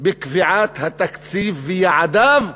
בקביעת התקציב ויעדיו,